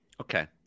Okay